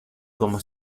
como